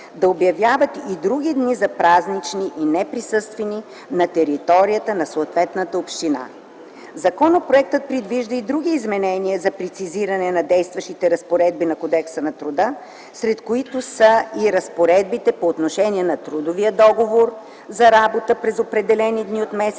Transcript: да обявяват и други дни за празнични и неприсъствени на територията на съответната община. Законопроектът предвижда и други изменения за прецизиране на действащи разпоредби на Кодекса на труда, сред които са и разпоредбите по отношение на трудовия договор за работа през определени дни от месеца,